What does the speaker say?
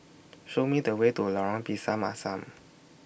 Show Me The Way to Lorong Pisang Asam